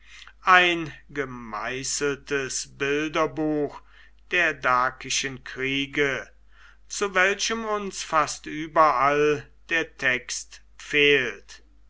ein gemeißeltes bilderbuch der dakischen kriege zu welchem uns fast überall der text fehlt